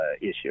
issue